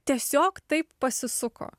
tiesiog taip pasisuko